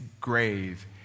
grave